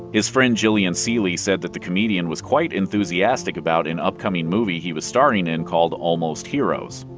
his friend jillian seely said that the comedian was quite enthusiastic about an upcoming movie he was starring in called almost heroes.